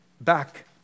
back